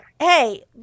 hey